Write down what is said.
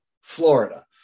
Florida